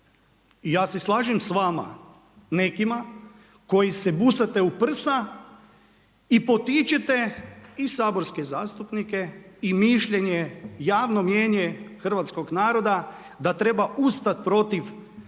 I ja se slažem sa vama nekima koji se busate u prsa i potičete i saborske zastupnike i mišljenje, javno mnijenje hrvatskog naroda da treba ustat protiv